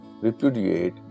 repudiate